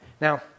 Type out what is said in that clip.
Now